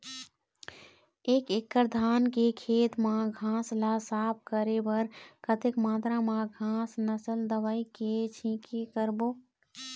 एक एकड़ धान के खेत मा घास ला साफ करे बर कतक मात्रा मा घास नासक दवई के छींचे करबो?